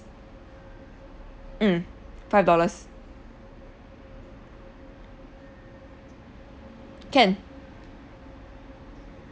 mm five dollars can